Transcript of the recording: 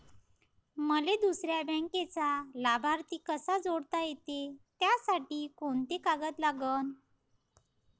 मले दुसऱ्या बँकेचा लाभार्थी कसा जोडता येते, त्यासाठी कोंते कागद लागन?